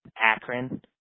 Akron